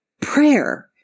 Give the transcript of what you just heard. prayer